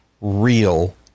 real